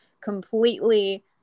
completely